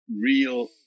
real